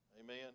Amen